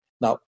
Now